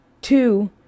two